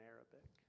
Arabic